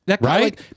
Right